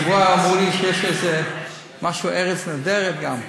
השבוע אמרו לי שיש איזה משהו, "ארץ נהדרת" גם.